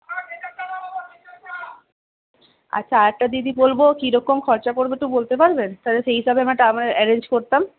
আচ্ছা আর একটা দিদি বলবো কিরকম খরচা পড়বে একটু বলতে পারবেন তাহলে সেই হিসাবে আমরা এটা অ্যারেঞ্জ করতাম